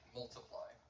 multiply